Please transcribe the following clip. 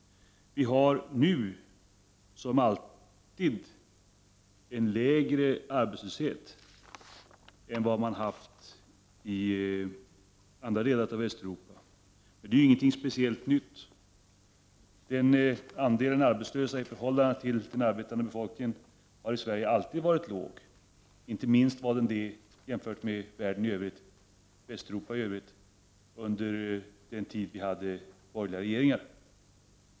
Vi har nu, som alltid, en lägre arbetslöshet än vad man har i andra delar av Västeuropa. Det är ju inte något speciellt nytt. Andelen arbetslösa i förhållande till den arbetande befolkningen har alltid varit låg i Sverige. Inte minst var den det jämfört med Västeuropa i övrigt under den tid vi hade borgerliga regeringar.